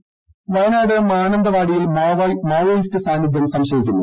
മാനന്തവാടി വയനാട് മാനന്തവാടിയിൽ മാവോയിസ്റ്റ് സാന്നിധ്യം സംശയിക്കുന്നു